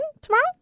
tomorrow